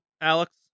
Alex